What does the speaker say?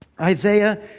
Isaiah